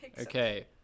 Okay